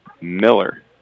Miller